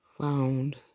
found